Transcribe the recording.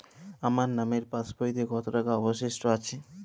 আমার নামের পাসবইতে কত টাকা অবশিষ্ট আছে?